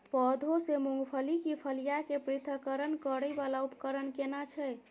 पौधों से मूंगफली की फलियां के पृथक्करण करय वाला उपकरण केना छै?